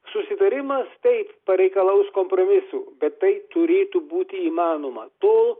susitarimas taip pareikalaus kompromisų bet tai turėtų būti įmanoma tol